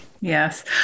Yes